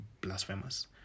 blasphemous